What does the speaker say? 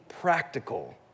practical